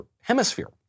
hemisphere